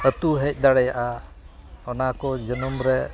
ᱟᱹᱛᱩ ᱦᱮᱡ ᱫᱟᱲᱮᱭᱟᱜᱼᱟ ᱚᱱᱟᱠᱚ ᱡᱟᱹᱱᱩᱢᱨᱮ